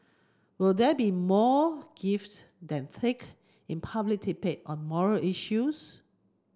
will there be more gift than take in a public debate on moral issues